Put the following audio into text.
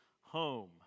home